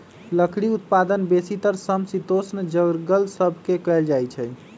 लकड़ी उत्पादन बेसीतर समशीतोष्ण जङगल सभ से कएल जाइ छइ